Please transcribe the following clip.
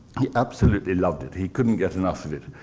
he absolutely loved it. he couldn't get enough of it.